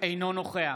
אינו נוכח